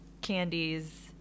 candies